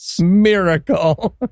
Miracle